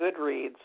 Goodreads